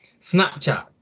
Snapchat